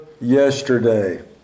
yesterday